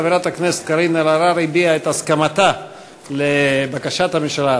חברת הכנסת קארין אלהרר הביעה את הסכמתה לבקשת הממשלה,